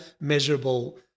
measurable